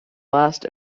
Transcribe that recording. last